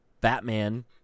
Batman